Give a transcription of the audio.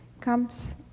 comes